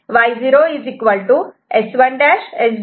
Y0 S1'S0'